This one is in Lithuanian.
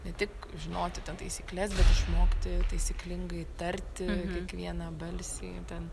ne tik žinoti ten taisykles bet išmokti taisyklingai tarti kiekvieną balsį ten